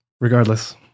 Regardless